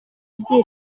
ibyishimo